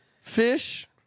Fish